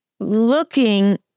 looking